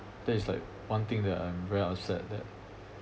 that it's like one thing that I'm very upset that